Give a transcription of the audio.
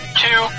two